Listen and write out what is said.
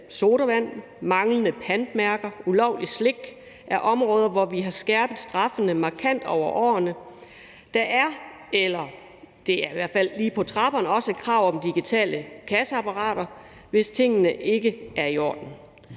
sodavand, manglende pantmærker og ulovligt slik er områder, hvor vi har skærpet straffene markant over årene. Der er – eller det er i hvert fald lige på trapperne – også et krav om digitale kasseapparater, hvis tingene ikke er i orden.